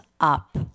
up